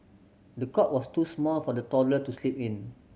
the cot was too small for the toddler to sleep in